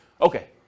Okay